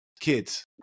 kids